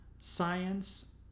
science